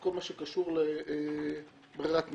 בכל מה שקשור לברירת מחדל.